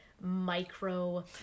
micro